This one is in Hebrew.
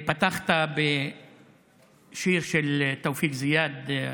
פתחת בשיר של תאופיק זיאד,